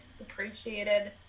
appreciated